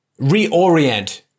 reorient